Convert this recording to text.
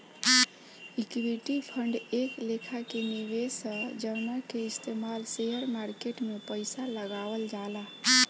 equity fund एक लेखा के निवेश ह जवना के इस्तमाल शेयर मार्केट में पइसा लगावल जाला